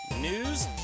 news